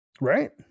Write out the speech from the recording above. right